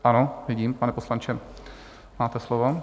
Ano, vidím, pane poslanče, máte slovo.